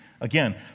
Again